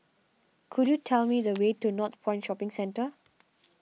could you tell me the way to Northpoint Shopping Centre